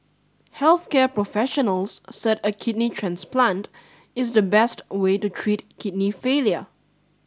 health care professionals said a kidney transplant is the best way to treat kidney failure